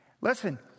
Listen